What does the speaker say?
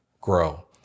grow